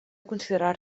considerar